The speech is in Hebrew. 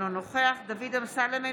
אינו נוכח דוד אמסלם,